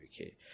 Okay